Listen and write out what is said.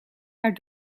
haar